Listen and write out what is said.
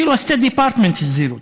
אפילו ה-State Department הזהיר אותו.